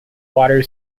water